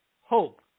hope